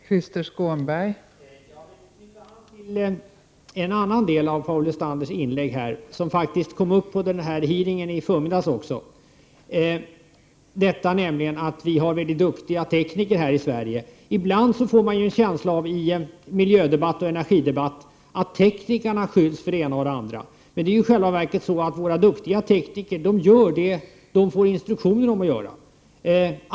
Fru talman! Jag vill knyta an till en annan del i Paul Lestanders inlägg, som faktiskt kom upp på hearingen i förmiddags. Vi har väldigt duktiga tekniker häri Sverige. Ibland får man i miljödebatter och i energidebatter en känsla av att teknikerna beskylls för det ena och det andra. Men i själva verket gör våra duktiga tekniker bara det som de får instruktion om att göra.